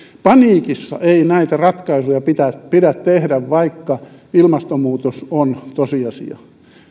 paniikissa ei näitä ratkaisuja pidä tehdä vaikka ilmastonmuutos on tosiasia